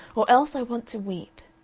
or else i want to weep.